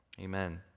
Amen